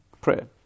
Prayer